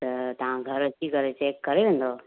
त तव्हां घर अची करे चेक करे वेंदव